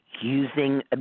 using